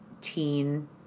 teen